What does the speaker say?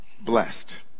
blessed